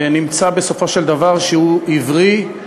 נמצא בסופו של דבר שהוא הבריא,